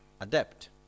adapt